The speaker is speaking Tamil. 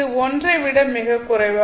இது ஒன்றை விட மிகக் குறைவு